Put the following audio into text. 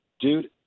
Dude